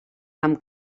amb